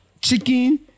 chicken